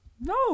No